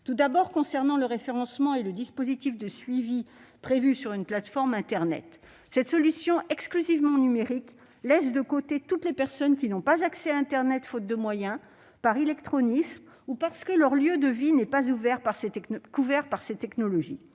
tout d'abord au référencement et au dispositif de suivi prévu sur une plateforme en ligne. Cette solution exclusivement numérique laisse de côté toutes les personnes qui n'ont pas accès à internet faute de moyens, par illectronisme ou parce que leur lieu de vie n'est pas couvert par ces technologies.